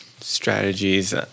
strategies